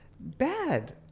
bad